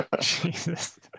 Jesus